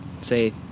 say